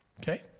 Okay